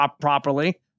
properly